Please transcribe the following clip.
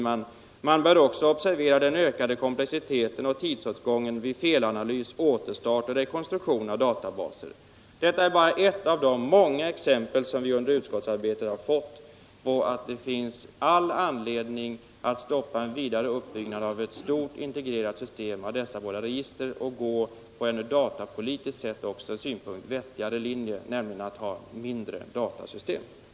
Man bör också observera den ökade komplexiteten och tidsåtgången vid felanalys, återstart och rekonstruktion av databaser.” Detta är bara ett av de många exempel som vi under utskottsarbetet har fått på att det finns all anledning att stoppa en vidare uppbyggnad av ett stort integrerat system av dessa båda register och i stället gå på en också ur datapolitisk synvinkel vettigare linje, nämligen att ha mindre åtskilda datasystem. Herr talman!